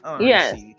Yes